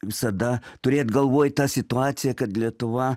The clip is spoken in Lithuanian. visada turėt galvoj tą situaciją kad lietuva